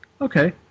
Okay